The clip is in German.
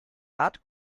art